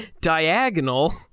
Diagonal